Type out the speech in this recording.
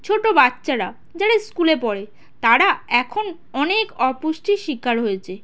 ছোট বাচ্চারা যারা ইস্কুলে পড়ে তারা এখন অনেক অপুষ্টির শিকার হয়েছে